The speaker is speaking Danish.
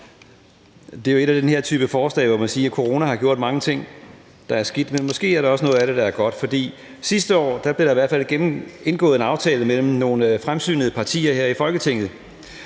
Det er jo et af den her type forslag, hvor man kan sige, at coronaen har gjort mange ting, der er skidt, men at der måske også er noget af det, der er godt. For sidste år blev der i hvert fald indgået en aftale mellem nogle fremsynede partier her i Folketinget,